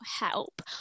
help